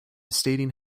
stating